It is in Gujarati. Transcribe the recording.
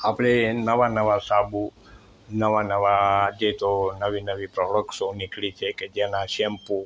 આપણે નવાં નવાં સાબુ નવાં નવાં આજે તો નવી નવી પ્રોડક્સો નીકળી છે કે જેમાં શેમ્પૂ